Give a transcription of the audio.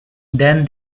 then